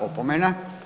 Opomena.